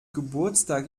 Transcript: geburtstag